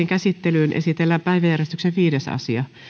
käsittelyyn esitellään päiväjärjestyksen viides asia